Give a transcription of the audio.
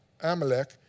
amalek